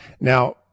Now